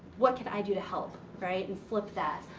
what can i do to help? right? and flip that.